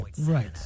Right